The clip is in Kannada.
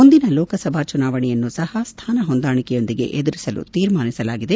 ಮುಂದಿನ ಲೋಕಸಭಾ ಚುನಾವಣೆಯನ್ನೊ ಸಹ ಸ್ವಾನ ಹೊಂದಾಣಿಕೆಯೊಂದಿಗೆ ಎದುರಿಸಲು ತೀರ್ಮಾನಿಸಲಾಗಿದೆ